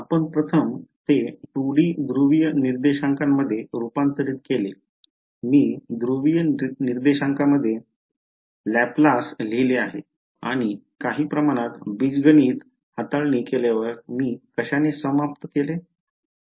आपण प्रथम ते 2 डी ध्रुवीय निर्देशांकामध्ये रूपांतरित केले मी ध्रुवीय निर्देशांकामध्ये लॅप्लेस लिहिले आणि काही प्रमाणात बीजगणित हाताळणी केल्यावर मी कशाने समाप्त केले